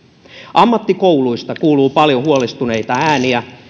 ammattikouluista kuuluu paljon huolestuneita ääniä